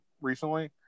recently